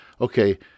okay